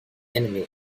enemy